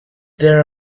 there